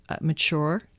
mature